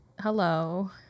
hello